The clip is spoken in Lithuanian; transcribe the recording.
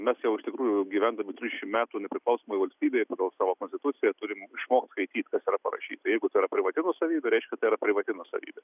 mes jau iš tikrųjų gyvendami dvidešim metų nepriklausomoj valstybėj pagal savo konstituciją turim išmokt skaityt kas yra parašyta jeigu tai yra privati nuosavybė reiškia tai yra privati nuosavybė